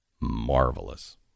marvelous